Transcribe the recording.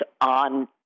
on